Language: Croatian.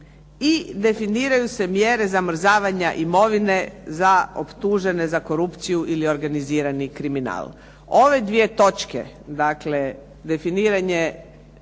i definiraju se mjere zamrzavanja imovine za optužene za korupciju ili organizirani kriminal. Ove dvije točke, dakle definiranje